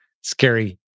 scary